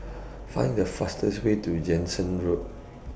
Find The fastest Way to Jansen Road